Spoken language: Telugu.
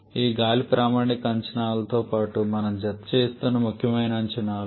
ఇవి గాలి ప్రామాణిక అంచనాలతో పాటు మనం జతచేస్తున్న ముఖ్యమైన అంచనాలు